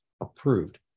approved